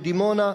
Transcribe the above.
בדימונה,